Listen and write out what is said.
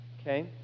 Okay